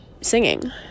singing